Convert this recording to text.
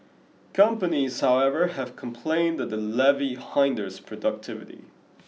companies however have complained that the levy hinders productivity